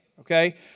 okay